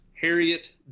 Harriet